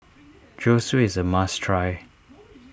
Zosui is a must try